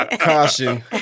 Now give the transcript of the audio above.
caution